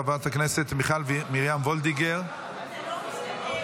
חברת הכנסת מיכל מרים וולדיגר --- אתה לא מסתכל.